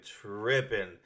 tripping